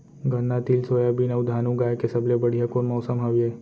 गन्ना, तिल, सोयाबीन अऊ धान उगाए के सबले बढ़िया कोन मौसम हवये?